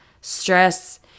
stress